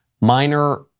minor